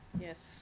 Yes